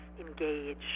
engage